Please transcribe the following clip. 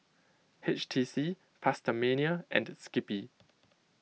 H T C PastaMania and Skippy